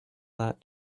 that